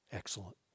excellent